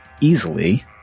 easily